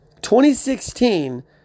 2016